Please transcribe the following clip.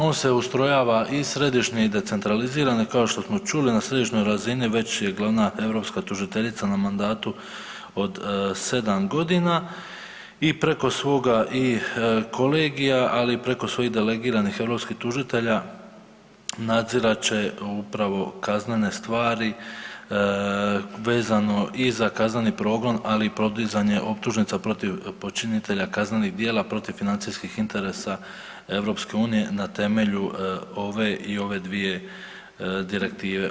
On se ustrojava i središnje i decentralizirano, kao što smo čuli na središnjoj razini već je glavna europska tužiteljica na mandatu od 7 g. i preko svoga i kolegija ali i preko svojih delegiranih europskih tužitelja, nadzirat će upravo kaznene stvari vezano i za kazneni progon ali i podizanje optužnica protiv počinitelja kaznenih djela protiv financijskih interesa EU-a na temelju ove i ove dvije direktive.